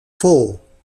four